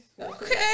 Okay